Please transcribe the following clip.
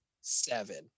seven